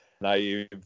naive